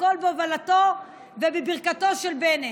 הכול בהובלתו ובברכתו של בנט.